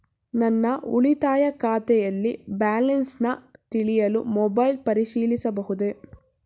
ನನ್ನ ಉಳಿತಾಯ ಖಾತೆಯಲ್ಲಿ ಬ್ಯಾಲೆನ್ಸ ತಿಳಿಯಲು ಮೊಬೈಲ್ ಪರಿಶೀಲಿಸಬಹುದೇ?